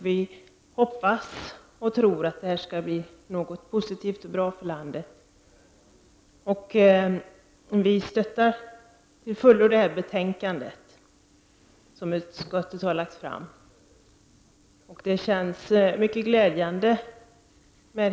Vi hoppas och tror att detta skall bli något positivt och bra för landet. Vi stöder till fullo det betänkande som utskottet har avgivit. Hela den process som pågår känns mycket glädjande.